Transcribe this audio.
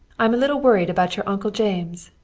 i'm a little worried about your uncle james,